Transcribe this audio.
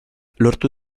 lortu